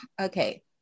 Okay